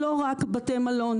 לא רק בתי מלון.